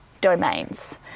domains